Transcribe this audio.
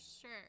sure